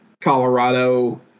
Colorado